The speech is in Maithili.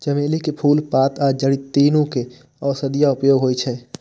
चमेली के फूल, पात आ जड़ि, तीनू के औषधीय उपयोग होइ छै